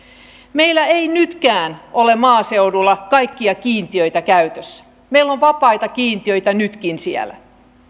meillä ei nytkään ole maaseudulla kaikkia kiintiöitä käytössä meillä on nytkin vapaita kiintiöitä siellä